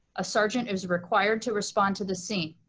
a sergeant is required to respond to the scene